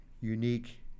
unique